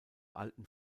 alten